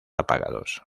apagados